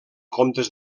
comptes